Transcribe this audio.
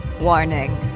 warning